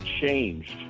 changed